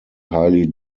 highly